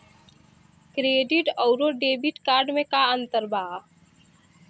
Credit अउरो debit card मे का अन्तर बा?